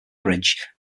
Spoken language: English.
bridge